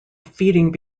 feeding